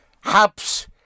Hab's